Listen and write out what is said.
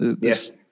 Yes